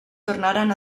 tornaran